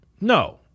no